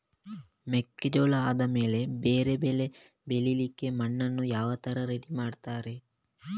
ಮೆಕ್ಕೆಜೋಳ ಆದಮೇಲೆ ಬೇರೆ ಬೆಳೆ ಬೆಳಿಲಿಕ್ಕೆ ಮಣ್ಣನ್ನು ಯಾವ ತರ ರೆಡಿ ಮಾಡ್ತಾರೆ?